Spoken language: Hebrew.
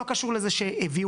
לא קשור לזה שהביאו,